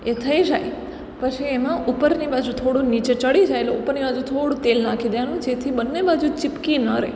એ થઈ જાય પછી એમાં ઉપરની બાજુ થોડું નીચે ચઢી જાય એટલે ઉપરની બાજુ થોડું તેલ નાખી દેવાનું જેથી બંને બાજુ ચીપકી ન રહે